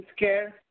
healthcare